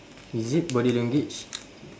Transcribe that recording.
is it body language